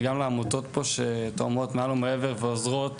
וגם לעמותות פה שתורמות מעל ומעבר ועוזרות,